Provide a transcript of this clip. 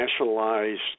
nationalized